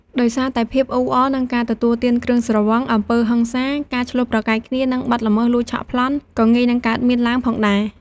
ដោយសារតែភាពអ៊ូអរ និងការទទួលទានគ្រឿងស្រវឹង អំពើហិង្សា ការឈ្លោះប្រកែកគ្នា និង បទល្មើសលួចឆក់ប្លន់ ក៏ងាយនឹងកើតមានឡើងផងដែរ។